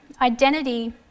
identity